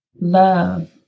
love